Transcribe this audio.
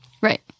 Right